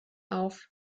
auf